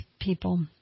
people